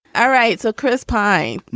all right, so chris pie,